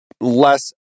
less